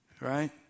right